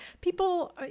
people